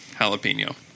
Jalapeno